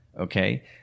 okay